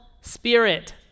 spirit